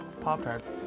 Pop-Tarts